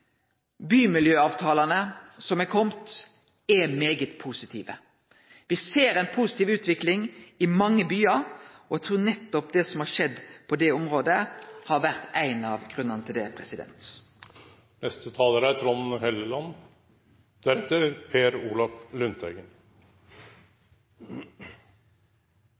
bymiljøavtalane er svært positive. Me ser ei positiv utvikling i mange byar, og eg trur nettopp det som har skjedd på det området, har vore ein av grunnane til det. Det fine med å ha iPad tilgjengelig i salen er